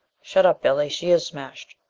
shut up, billy. she is smashed.